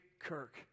Kirk